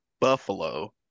Buffalo